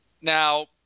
Now